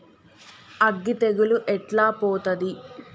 అగ్గి తెగులు ఎట్లా పోతది?